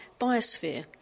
biosphere